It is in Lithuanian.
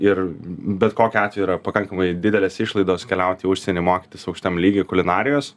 ir bet kokiu atveju yra pakankamai didelės išlaidos keliauti į užsieny mokytis aukštam lygį kulinarijos